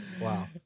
Wow